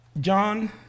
John